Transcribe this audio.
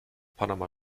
panama